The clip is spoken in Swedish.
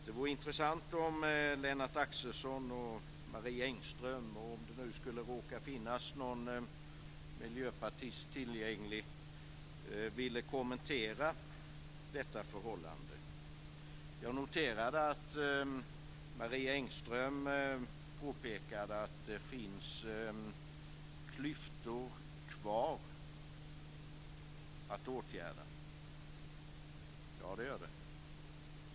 Det vore intressant om Lennart Axelsson, Marie Engström och någon miljöpartist, om det nu skulle råka finnas någon sådan tillgänglig, ville kommentera detta. Jag noterade att Marie Engström påpekade att det finns klyftor kvar att åtgärda. Ja, det gör det.